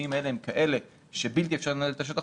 החקיקתיים האלה הם כאלה שבלתי אפשר לנהל את השטח